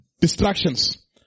Distractions